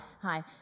Hi